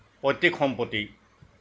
পৈতৃক সম্পত্তি